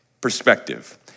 Perspective